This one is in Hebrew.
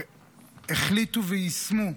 החליטו ויישמו.